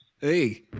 hey